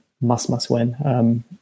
must-must-win